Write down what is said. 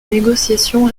négociations